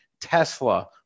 Tesla